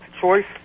choice